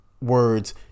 words